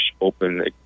open